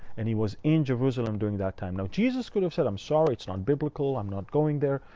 and he was in jerusalem during that time. now jesus could have said, i'm sorry. it's not biblical. i'm not going there.